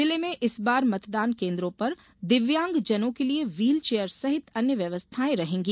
जिले में इसे बार मतदान केन्द्रों पर दिव्यांगजनों के लिये व्हीलचेयर सहित अन्य व्यवस्थाएं रहेगी